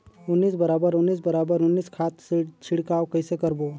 उन्नीस बराबर उन्नीस बराबर उन्नीस खाद छिड़काव कइसे करबो?